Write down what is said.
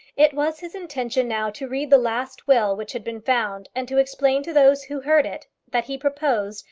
it was his intention now to read the last will which had been found, and to explain to those who heard it that he proposed,